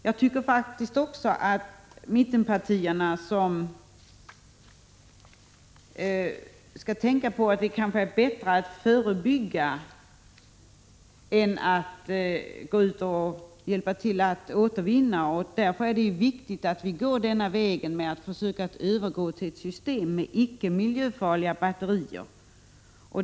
Jag tycker faktiskt också att mittenpartierna skall tänka på att det kanske är bättre att förebygga än att gå ut och hjälpa till att återvinna. Därför är det viktigt att vi går denna väg att försöka övergå till ett system med icke miljöfarliga batterier.